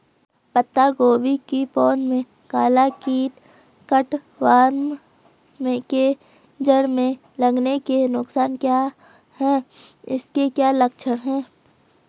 पत्ता गोभी की पौध में काला कीट कट वार्म के जड़ में लगने के नुकसान क्या हैं इसके क्या लक्षण हैं?